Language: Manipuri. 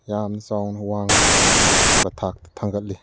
ꯌꯥꯝꯅ ꯆꯥꯎꯅ ꯋꯥꯡꯅ ꯕ ꯊꯥꯛꯇ ꯊꯥꯡꯒꯠꯂꯤ